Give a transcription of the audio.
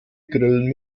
grillen